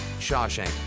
Shawshank